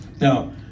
Now